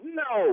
no